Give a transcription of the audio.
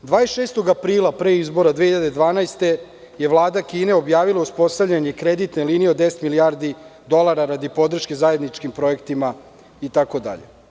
26. aprila, pre izbora 2012. godine, je Vlada Kine objavila uspostavljanje kreditne linije od 10 milijardi dolara radi podrške zajedničkim projektima itd.